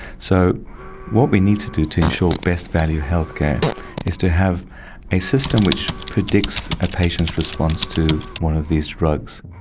so what we need to do to ensure best value healthcare is to have a system which predicts a patient's response to one of these drugs.